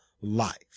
life